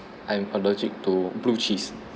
I'm allergic to blue cheese